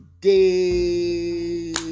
day